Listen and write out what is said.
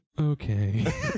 okay